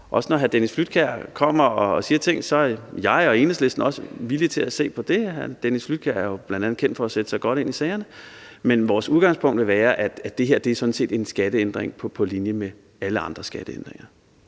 Også når hr. Dennis Flydtkjær kommer og siger ting, så er jeg og Enhedslisten også villig til at se på det – Dennis Flydtkjær er jo bl.a. kendt for at sætte sig godt ind i sagerne. Men vores udgangspunkt vil være, at det her sådan set er en skatteændring på linje med alle andre skatteændringer.